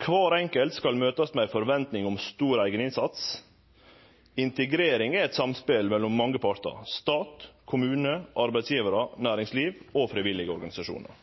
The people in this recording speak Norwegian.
Kvar enkelt skal møtast med ei forventning om stor eigeninnsats. Integrering er eit samspel mellom mange partar – stat, kommunar, arbeidsgivarar og næringsliv og frivillige organisasjonar.